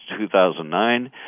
2009